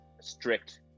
strict